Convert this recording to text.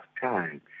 time